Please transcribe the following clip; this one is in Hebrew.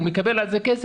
הוא מקבל על זה כסף,